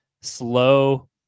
slow